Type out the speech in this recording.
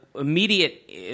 immediate